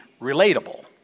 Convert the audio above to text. relatable